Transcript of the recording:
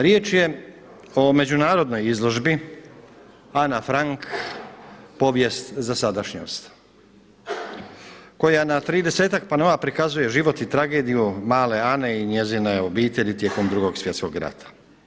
Riječ je o međunarodnoj izložbi Ana Frank povijest za sadašnjost koja na tridesetak panoa prikazuje život i tragediju male Ane i njezine obitelji tijekom Drugog svjetskog rata.